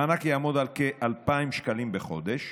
המענק יעמוד על כ-2,000 שקלים בחודש.